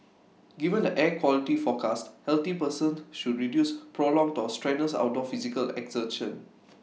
given the air quality forecast healthy persons should reduce prolonged or strenuous outdoor physical exertion